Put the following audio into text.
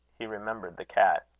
he remembered the cat.